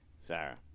Sarah